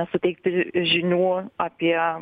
suteikti žinių apie